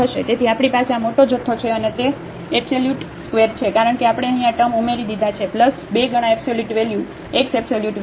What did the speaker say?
તેથી આપણી પાસે આ મોટો જથ્થો છે અને તે એબ્સોલ્યુટ ² છે કારણ કે આપણે અહીં આ ટર્મ ઉમેરી દીધા છે 2 ગણા absolute value x absolute value